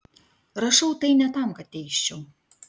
rašau tai ne tam kad teisčiau